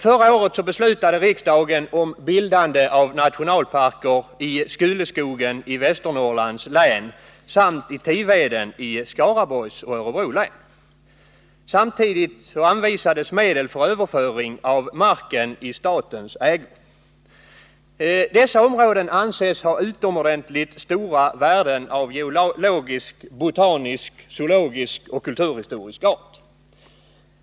Förra året beslutade riksdagen om bildande av nationalparker i Skuleskogen i Västernorrlands län samt i Tiveden i Skaraborgs och Örebro län. Samtidigt anvisades medel för överförande av marken i statens ägo. Dessa områden anses ha utomordentligt stora värden av geologisk, botanisk, zoologisk och kulturhistorisk art.